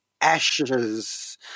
ashes